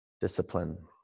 discipline